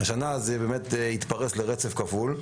השנה זה התפרס לרצף כפול.